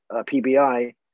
PBI